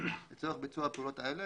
לצורך ביצוע הפעולות האלה,